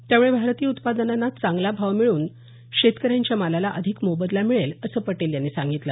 यामुळे भारतीय उत्पादनांना चांगला भाव मिळून शेतकऱ्यांच्या मालाला अधिक मोबदला मिळेल असं पटेल यांनी सांगितलं